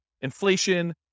inflation